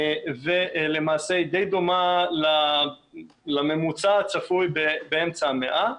ולמעשה היא די דומה לממוצע הצפוי באמצע המאה.